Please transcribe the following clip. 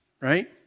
Right